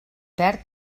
perd